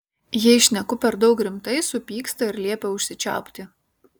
jei šneku per daug rimtai supyksta ir liepia užsičiaupti